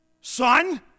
Son